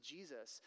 Jesus